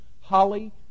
holly